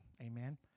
Amen